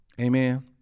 amen